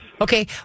Okay